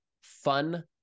fun